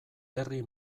herri